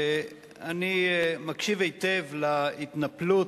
אני מקשיב היטב להתנפלות,